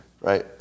right